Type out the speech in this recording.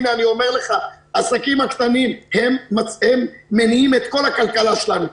הנה אני אומר לך: העסקים הקטנים מניעים את כל הכלכלה שלנו,